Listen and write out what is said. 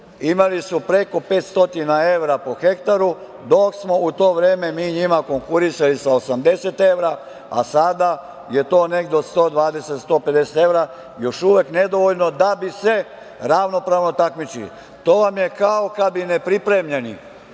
imali su preko 500 evra po hektaru, dok smo u to vreme mi njima konkurisali sa 80 evra, a sada je to negde od 120 evra do150 evra još uvek nedovoljno da bi se ravnopravno takmičili. To vam je kao kad bi nepripremljeni